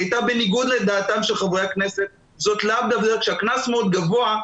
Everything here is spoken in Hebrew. היא הייתה בניגוד לדעתם של חברי הכנסת כאשר הקנס מאוד גבוה,